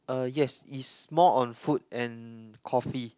eh yes it's more on food and coffee